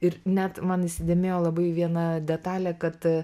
ir net man įsidėmėjo labai viena detalė kad